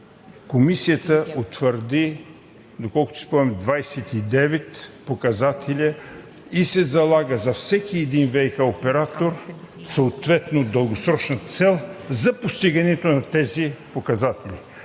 Комисията утвърди, доколкото си спомням, 29 показатели и се залага за всеки един ВиК оператор съответно дългосрочна цел за постигането на тези показатели.